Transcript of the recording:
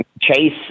Chase